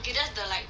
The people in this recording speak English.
is just the like